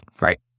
right